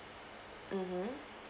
mmhmm